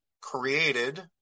created